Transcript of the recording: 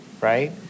right